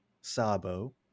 Sabo